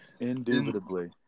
Indubitably